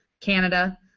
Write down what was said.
Canada